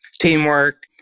Teamwork